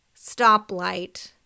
stoplight